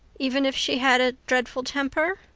even if she had a dreadful temper?